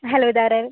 hello ഇത് ആരാ